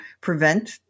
prevent